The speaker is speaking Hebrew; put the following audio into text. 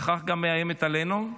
וכך גם מאיימת עלינו.